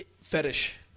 Fetish